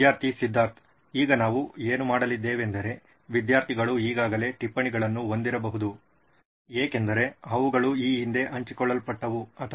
ವಿದ್ಯಾರ್ಥಿ ಸಿದ್ಧಾರ್ಥ್ ಈಗ ನಾವು ಏನು ಮಾಡಲಿದ್ದೇವೆಂದರೆ ವಿದ್ಯಾರ್ಥಿಗಳು ಈಗಾಗಲೇ ಟಿಪ್ಪಣಿಗಳನ್ನು ಹೊಂದಿರಬಹುದು ಏಕೆಂದರೆ ಅವುಗಳು ಈ ಹಿಂದೆ ಹಂಚಿಕೊಳ್ಳಲ್ಪಟ್ಟವು ಅಥವಾ